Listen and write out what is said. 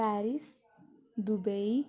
Paris Dubai